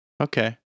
Okay